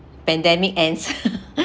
pandemic ends